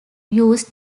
used